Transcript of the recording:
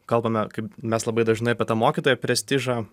kalbame kaip mes labai dažnai apie tą mokytojo prestižą